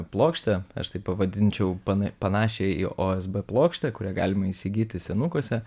plokštę aš tai pavadinčiau pana panašią į osb plokštę kurią galima įsigyti senukuose